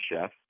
chef